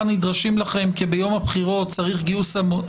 נדרשים לכם כי ביום הבחירות צריך גיוס המוני?